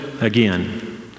again